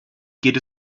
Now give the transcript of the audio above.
geht